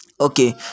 okay